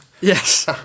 yes